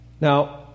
Now